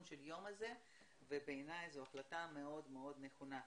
יום זה ובעיניי זו החלטה מאוד מאוד נכונה.